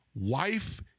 Wife